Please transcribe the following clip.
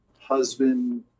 husband